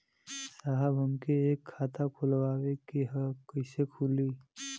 साहब हमके एक खाता खोलवावे के ह कईसे खुली?